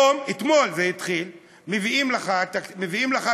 אתמול זה התחיל, מביאים לך תקציב